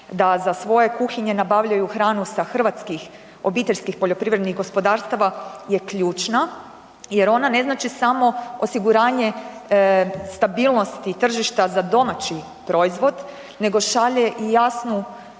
da za svoje kuhinje nabavljaju hranu sa hrvatskih obiteljskih poljoprivrednih gospodarstava je ključna jer ona ne znači samo osiguranje stabilnosti tržišta za domaći proizvod nego šalje i jasnu